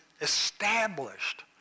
established